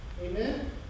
Amen